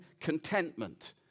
contentment